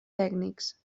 tècnics